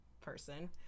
person